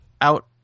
out